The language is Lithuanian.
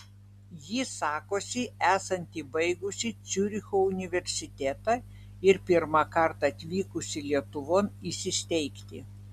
ji sakosi esanti baigusi ciuricho universitetą ir pirmąkart atvykusi lietuvon įsisteigti